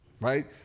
right